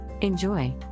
Enjoy